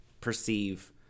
perceive